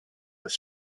with